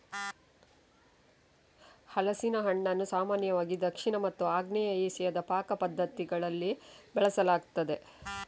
ಹಲಸಿನ ಹಣ್ಣನ್ನು ಸಾಮಾನ್ಯವಾಗಿ ದಕ್ಷಿಣ ಮತ್ತು ಆಗ್ನೇಯ ಏಷ್ಯಾದ ಪಾಕ ಪದ್ಧತಿಗಳಲ್ಲಿ ಬಳಸಲಾಗುತ್ತದೆ